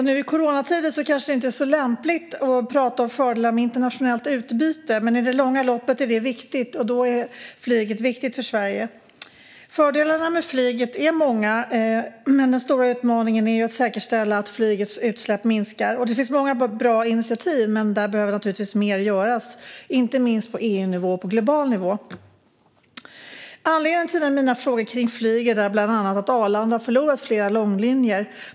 Nu i coronatider är det kanske inte så lämpligt att prata om fördelar med internationellt utbyte, men i det långa loppet är det viktigt, och då är flyget viktigt för Sverige. Fördelarna med flyget är många, men den stora utmaningen är att säkerställa att flygets utsläpp minskar. Det finns många bra initiativ, men där behöver naturligtvis mer göras både på EU-nivå och på global nivå. Anledningen till mina frågor om flyget är bland annat att Arlanda har förlorat flera långlinjer.